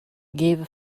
give